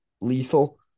lethal